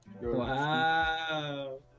Wow